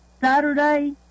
Saturday